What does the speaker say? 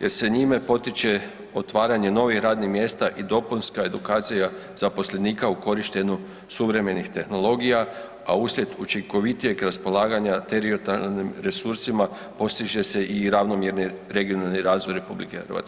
jer se njima potiče otvaranje novih radnih mjesta i dopunska edukacija zaposlenika u korištenju suvremenih tehnologija, a usred učinkovitijeg raspolaganja teritorijalnim resursima postiže se i ravnomjerni razvoj RH.